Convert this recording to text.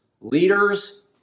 Leaders